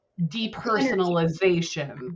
depersonalization